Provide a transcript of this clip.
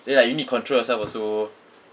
then like you need control yourself also